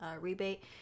rebate